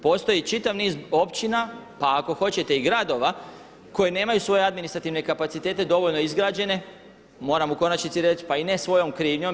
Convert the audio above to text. Postoji čitav niz općina, pa ako hoćete i gradova koji nemaju svoje administrativne kapacitete dovoljno izgrađene moram u konačnici reći pa i ne svojom krivnjom.